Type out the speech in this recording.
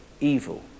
evil